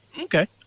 Okay